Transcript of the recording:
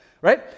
right